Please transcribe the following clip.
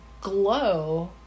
glow